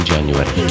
January